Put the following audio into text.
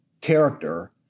character